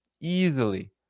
easily